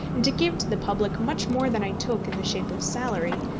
and to give to the public much more than i took in the shape of salary,